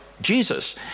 Jesus